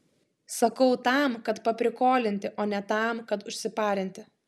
sakau tam kad paprikolinti o ne tam kad užsiparinti